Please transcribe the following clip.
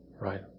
Right